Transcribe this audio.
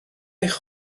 eich